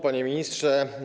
Panie Ministrze!